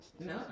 No